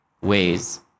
ways